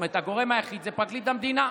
הגורם היחיד זה פרקליט המדינה.